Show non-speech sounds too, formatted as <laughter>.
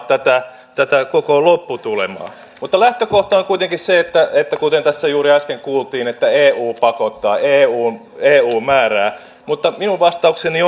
<unintelligible> tätä tätä koko lopputulemaa lähtökohta on kuitenkin se kuten tässä juuri äsken kuultiin että eu pakottaa ja eu määrää mutta minun vastaukseni <unintelligible>